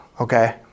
okay